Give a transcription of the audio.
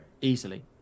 easily